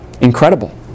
Incredible